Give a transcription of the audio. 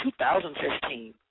2015